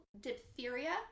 diphtheria